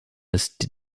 ist